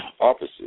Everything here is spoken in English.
opposite